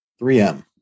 3M